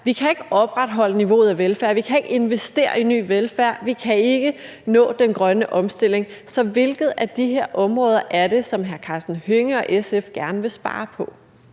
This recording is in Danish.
Vi kan ikke opretholde niveauet af velfærd. Vi kan ikke investere i ny velfærd. Vi kan ikke nå den grønne omstilling. Så hvilket af de her områder er det, som hr. Karsten Hønge og SF gerne vil spare på?